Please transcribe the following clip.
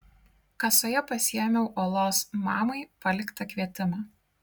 kasoje pasiėmiau olos mamai paliktą kvietimą